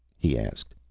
he asked.